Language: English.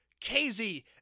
KZ